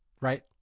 right